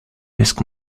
risk